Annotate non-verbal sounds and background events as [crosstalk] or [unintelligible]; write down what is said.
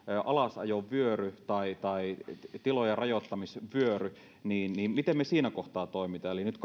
alasajovyöry tai tai tilojen rajoittamisvyöry miten me siinä kohtaa toimimme eli nyt [unintelligible]